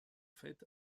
fait